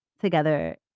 together